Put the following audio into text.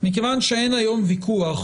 מכיוון שאין היום ויכוח